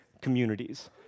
communities